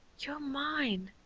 you are mine,